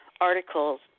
articles